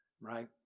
right